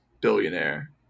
billionaire